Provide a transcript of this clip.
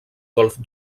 golf